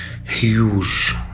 huge